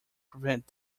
prevent